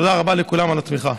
תודה רבה לכולם על התמיכה.